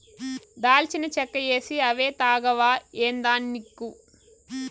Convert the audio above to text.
దాల్చిన చెక్క ఏసీ అనే తాగవా ఏందానిక్కు